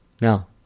Now